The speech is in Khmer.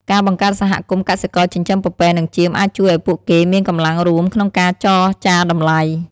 ការបង្កើតសហគមន៍កសិករចិញ្ចឹមពពែនិងចៀមអាចជួយឲ្យពួកគេមានកម្លាំងរួមក្នុងការចរចាតម្លៃ។